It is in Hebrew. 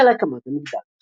הרקע להקמת המגדל